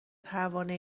پروانه